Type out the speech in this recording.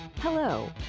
Hello